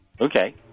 okay